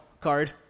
card